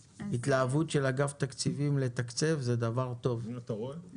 התלהבות של אגף התקציבים לתקצב זה דבר טוב ויפה.